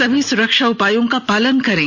सभी सुरक्षा उपायों का पालन करें